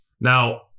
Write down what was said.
Now